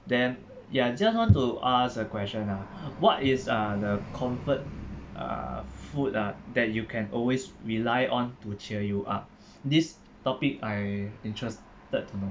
then ya just want to ask a question ah what is uh the comfort uh food uh that you can always rely on to cheer you up this topic I interested